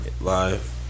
live